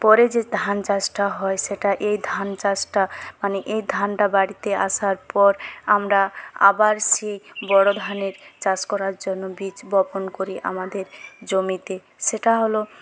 পরে যে হয় ধান চাষটা হয় সেটা এই ধান চাষটা মানে এই ধানটা বাড়িতে আসার পর আমরা আবার সেই বড়ো ধানের চাষ করার জন্য বীজ বপন করি আমাদের জমিতে সেটা হলো